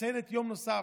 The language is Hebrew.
מציינת יום נוסף,